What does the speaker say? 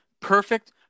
perfect